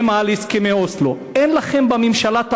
שאומרים על הסכמי אוסלו: אין לכם בממשלה את